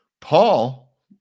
Paul